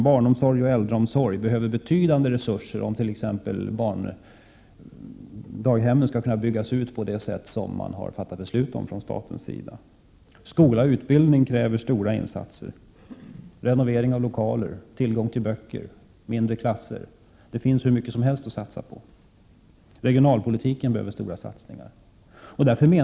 Barnomsorg och äldreomsorg behöver betydande resurser om t.ex. barndaghemmen skall kunna byggas ut i den omfattning som riksdagen har fattat beslut om. Skola och utbildning kräver stora insatser för renovering av lokaler, för tillgång till böcker, för åstadkommande av mindre klasser — där finns det hur mycket som helst att satsa på. Vidare behövs det stora satsningar på regionalpolitikens område.